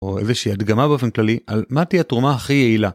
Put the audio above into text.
או איזושהי הדגמה באופן כללי על מה תהיה התרומה הכי יעילה.